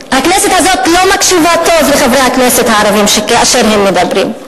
הכנסת הזאת לא מקשיבה טוב לחברי הכנסת הערבים כאשר הם מדברים.